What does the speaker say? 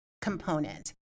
component